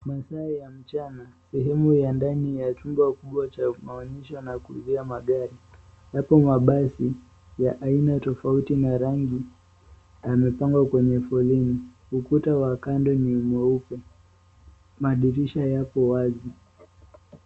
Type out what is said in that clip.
Masaa ya mchana. Sehemu ya ndani ya chumba kubwa cha maonyesho na kuuzia magari. Yapo mabasi ya aina tofauti na rangi, yamepangwa kwenye foleni. Ukuta wa kando ni mweupe. Madirisha yako wazi.